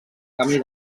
camí